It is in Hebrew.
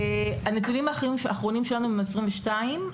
הנתונים האחרונים שלנו הם משנת 2022,